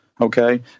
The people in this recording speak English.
Okay